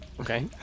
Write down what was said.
Okay